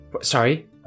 sorry